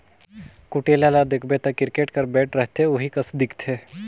कुटेला ल देखबे ता किरकेट कर बैट रहथे ओही कस दिखथे